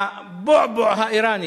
ה"בועבוע" האירני,